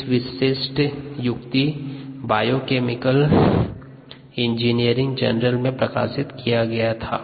इस विशिष्ट युक्ति बायोकेमिकल इंजीनियरिंग जर्नल में प्रकाशित किया गया था